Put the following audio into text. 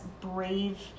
brave